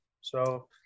So-